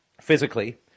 physically